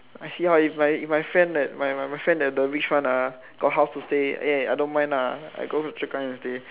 I see how if my if my friend that my my friend there the rich one ah got house to stay in eh I don't mind lah I go Choa-Chu-Kang and stay